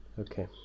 Okay